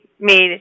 made